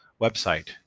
website